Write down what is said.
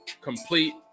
complete